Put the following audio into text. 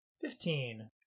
Fifteen